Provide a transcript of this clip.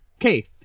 Okay